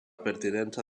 pertinença